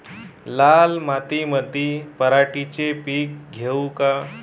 लाल मातीमंदी पराटीचे पीक घेऊ का?